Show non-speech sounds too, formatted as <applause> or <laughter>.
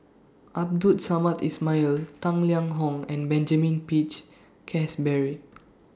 Abdul Samad Ismail Tang Liang Hong and Benjamin Peach Keasberry <noise>